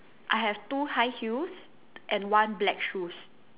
I have two high heels and one black shoes